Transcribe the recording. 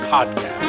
Podcast